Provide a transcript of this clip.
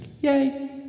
Yay